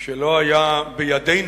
שלא היה בידינו